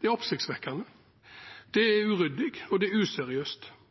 det er oppsiktsvekkende. Det er